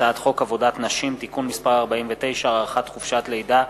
הצעת חוק עבודת נשים (תיקון מס' 49) (הארכת חופשת לידה),